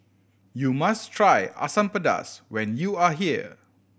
you must try Asam Pedas when you are here